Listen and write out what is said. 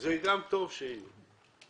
אז זה טוב שהם יהיו.